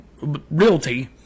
realty